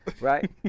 right